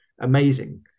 amazing